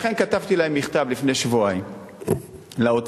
לכן כתבתי מכתב לפני שבועיים לאוצר,